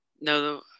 no